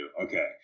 Okay